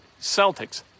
Celtics